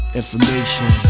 information